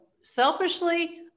selfishly